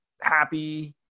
happy